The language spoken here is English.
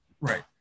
Right